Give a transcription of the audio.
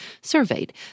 surveyed